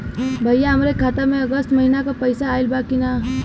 भईया हमरे खाता में अगस्त महीना क पैसा आईल बा की ना?